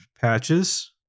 patches